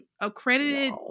accredited